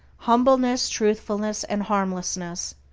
humbleness, truthfulness, and harmlessness,